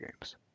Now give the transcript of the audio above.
games